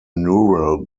neural